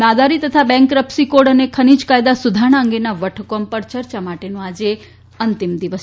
નાદારી તથા bankruptcy code અને ખનીજ કાયદા સુધારણા અંગેના વટહ્કમ પર ચર્ચા માટેનો આજે અંતિમ દિવસ છે